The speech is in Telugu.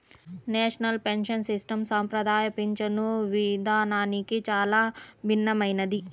నేషనల్ పెన్షన్ సిస్టం సంప్రదాయ పింఛను విధానానికి చాలా భిన్నమైనది